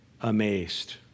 amazed